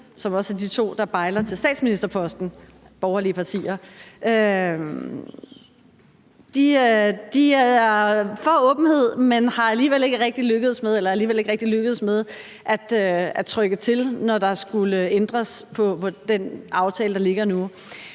borgerlige partier, der bejler til statsministerposten, er for åbenhed, men er alligevel ikke rigtig lykkedes med at trykke til, når der skulle ændres på den aftale, der ligger nu.